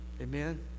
Amen